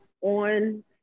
on